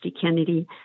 Kennedy